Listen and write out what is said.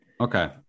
okay